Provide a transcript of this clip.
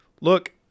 look